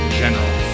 general